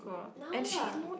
now lah